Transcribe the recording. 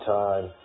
time